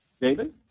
David